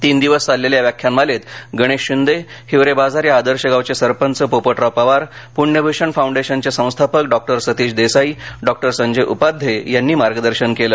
तीन दिवस चाललेल्या या व्याख्यानमालेत गणेश शिंदे हिवरेबाजार या आदर्श गावचे सरपंच पोपटराव पवार प्ण्यभूषण फाउंडेशनचे संस्थापक डॉक्टर सतीश देसाई डॉक्टर संजय उपाध्ये यांनी मार्गदर्शन केले